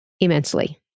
immensely